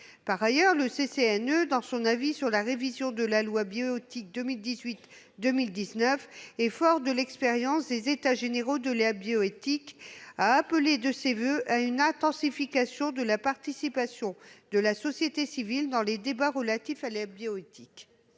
Par ailleurs, le CCNE, dans son avis sur la révision de la loi Bioéthique 2018-2019 et fort de l'expérience des États généraux de la bioéthique, a appelé de ses voeux une intensification de la participation de la société civile dans les débats relatifs à la bioéthique.